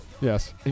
Yes